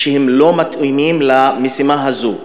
שהם לא מתאימים למשימה הזאת.